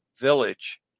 Village